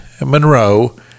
Monroe